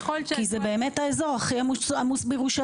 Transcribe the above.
כי זה באמת האזור הכי עמוס בירושלים,